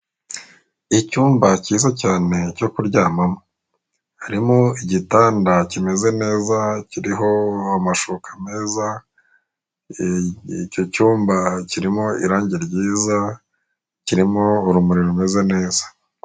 Icyumba cyiza cyane cyo kuryamamo harimo igitanda kimeze neza kiriho amashuka meza, icyo cyumba kirimo irange ryiza, kirimo urumuri rumeze neza.